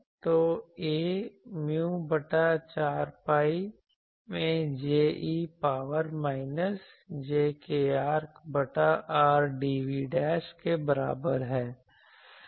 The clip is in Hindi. तो A mu बटा 4 pi में J e power minus j kR बटा R dv' के बराबर है